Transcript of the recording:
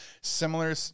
similar